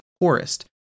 poorest